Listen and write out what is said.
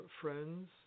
friends